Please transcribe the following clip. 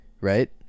right